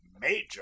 major